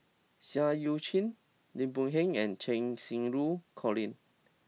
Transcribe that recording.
Seah Eu Chin Lim Boon Heng and Cheng Xinru Colin